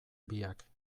biak